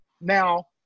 Now